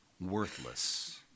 worthless